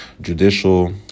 judicial